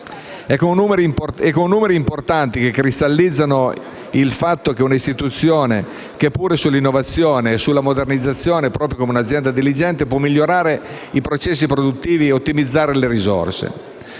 e con numeri importanti, che cristallizzano il fatto che una istituzione che punta sull'innovazione e sulla modernizzazione, proprio come un'azienda diligente, può migliorare i processi produttivi e ottimizzare le risorse.